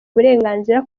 burenganzira